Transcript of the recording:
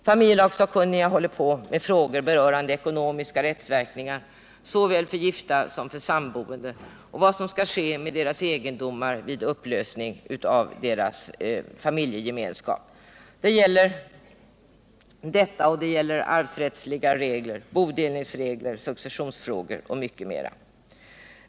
Familjelagssakkunniga håller på med frågor berörande ekonomiska rättsverkningar såväl för gifta som för samboende och vad som skall ske med deras egendom vid upplösning av deras familjegemenskap. Det gäller detta och det gäller arvsrättsliga regler, bodelningsregler, successionsfrågor och mycket mera.